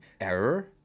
error